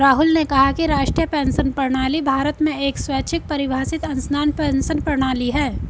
राहुल ने कहा कि राष्ट्रीय पेंशन प्रणाली भारत में एक स्वैच्छिक परिभाषित अंशदान पेंशन प्रणाली है